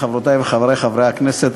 חברותי וחברי חברי הכנסת,